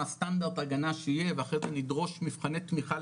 מה סטנדרט הגנה שיהיה ואחרי זה נדרוש מבחני תמיכה,